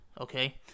okay